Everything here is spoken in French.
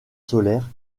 solaires